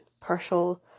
partial